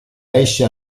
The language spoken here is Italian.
esce